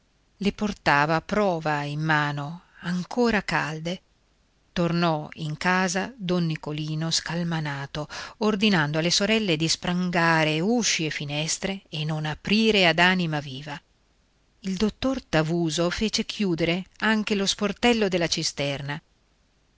le portava a prova in mano ancora calde tornò in casa don nicolino scalmanato ordinando alle sorelle di sprangare usci e finestre e non aprire ad anima viva il dottor tavuso fece chiudere anche lo sportello della cisterna